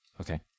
Okay